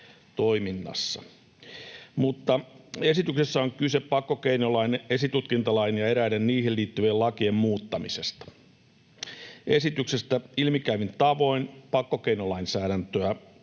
toiminnassa. Esityksessä on kyse pakkokeinolain, esitutkintalain ja eräiden niihin liittyvien lakien muuttamisesta. Esityksestä ilmi käyvin tavoin pakkokeinolainsäädäntöä